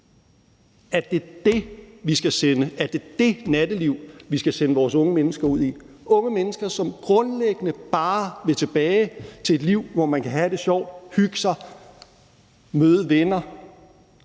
en slags show of force? Er det det natteliv, vi skal sende vores unge mennesker ud i – unge mennesker, som grundlæggende bare vil tilbage til et liv, hvor man kan have det sjovt, hygge sig, møde venner,